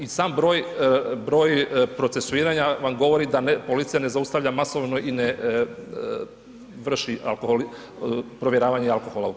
I sam broj procesuiranja vam govori da policija ne zaustavlja masovno i ne vrši provjeravanje alkohola u krvi.